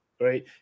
Right